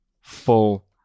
full